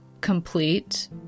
complete